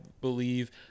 believe